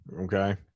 Okay